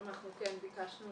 כן, ביקשנו